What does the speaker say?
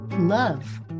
Love